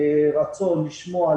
רצון לשמוע,